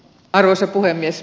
arvoisa puhemies